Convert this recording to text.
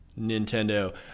Nintendo